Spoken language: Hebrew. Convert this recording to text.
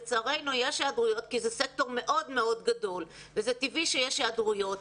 לצערנו יש היעדרויות כי זה סקטור מאוד גדול וזה טבעי שיש היעדרויות,